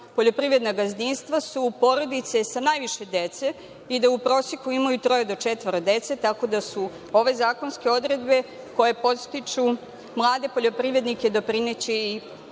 poljoprivredna gazdinstva su porodice sa najviše dece i da u proseku imaju troje do četvoro dece, tako da će ove zakonske odredbe, koje podstiču mlade poljoprivrednike, doprineti i